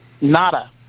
Nada